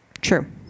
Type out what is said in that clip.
True